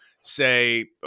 say